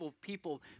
people